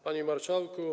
Panie Marszałku!